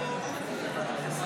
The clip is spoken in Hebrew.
נגד